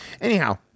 Anyhow